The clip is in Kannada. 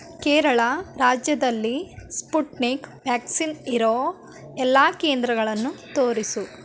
ಕೇರಳ ರಾಜ್ಯದಲ್ಲಿ ಸ್ಪುಟ್ನಿಕ್ ವ್ಯಾಕ್ಸಿನ್ ಇರೋ ಎಲ್ಲ ಕೇಂದ್ರಗಳನ್ನು ತೋರಿಸು